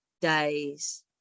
days